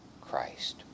Christ